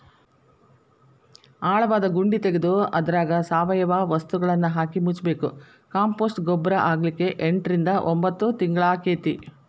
ಆಳವಾದ ಗುಂಡಿ ತಗದು ಅದ್ರಾಗ ಸಾವಯವ ವಸ್ತುಗಳನ್ನಹಾಕಿ ಮುಚ್ಚಬೇಕು, ಕಾಂಪೋಸ್ಟ್ ಗೊಬ್ಬರ ಆಗ್ಲಿಕ್ಕೆ ಎಂಟರಿಂದ ಒಂಭತ್ ತಿಂಗಳಾಕ್ಕೆತಿ